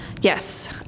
Yes